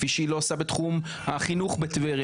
כפי שהיא לא עושה בתחום החינוך בטבריה.